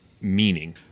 meaning